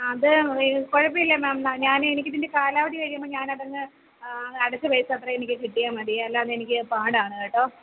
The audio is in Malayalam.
അത് കുഴപ്പമില്ല മേം ന ഞാന് എനിക്കിതിൻ്റെ കാലാവധി കഴിയുമ്പോള് ഞാനതങ് അടച്ച പൈസ അത്രയും എനിക്ക് കിട്ടിയാല് മതീ അല്ലാതെനിക്ക് പാടാണ് കേട്ടോ